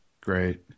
Great